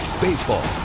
baseball